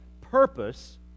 purpose